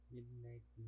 Midnight